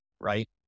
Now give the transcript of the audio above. right